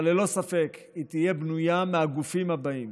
אבל ללא ספק היא תהיה בנויה מהגופים הבאים: